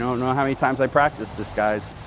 know know how many times i practiced this, guys.